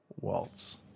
Waltz